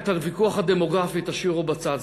את הוויכוח הדמוגרפי תשאירו בצד.